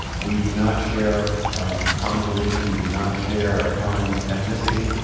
we do not share a common religion. we do not share a common ethnicity.